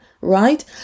right